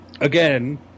again